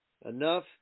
enough